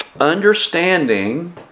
Understanding